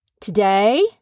today